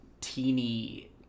Teeny